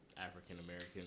African-American